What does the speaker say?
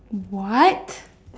what